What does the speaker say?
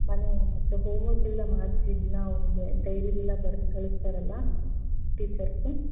ಮನೆ ಮತ್ತು ಹೋಮ್ವರ್ಕ್ ಎಲ್ಲ ಮಾಡಿಸಿ ದಿನ ಅವನಿಗೆ ಡೈರಿಯಲ್ಲೆಲ್ಲ ಬರೆದು ಕಳಿಸ್ತಾರಲ್ಲ ಟೀಚರ್ಸ್